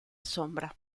sombra